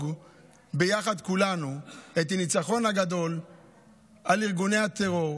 ביחד כולנו את הניצחון הגדול על ארגוני הטרור,